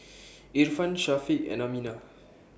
Irfan Syafiq and Aminah